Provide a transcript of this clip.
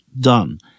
done